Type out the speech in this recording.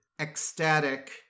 ecstatic